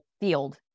field